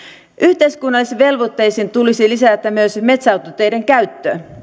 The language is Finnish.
yhteiskunnallisiin velvoitteisiin tulisi lisätä myös metsäautoteiden käyttö